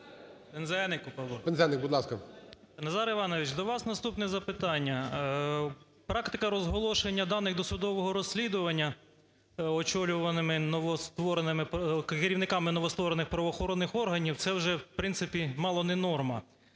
ПИНЗЕНИК П.В. Назар Іванович, до вас наступне запитання. Практика розголошення даних досудового розслідування очолюваними… керівниками новостворених правоохоронних органів – це вже, в принципі, мало не норма.